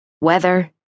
Weather